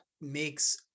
makes